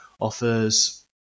offers